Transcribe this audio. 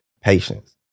patience